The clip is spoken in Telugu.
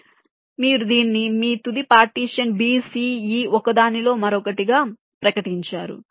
కాబట్టి మీరు దీన్ని మీ తుది పార్టీషన్ b c e ఒకదానిలో మరొకటిగా ప్రకటించారు